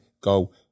go